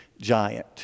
giant